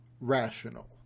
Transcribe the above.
rational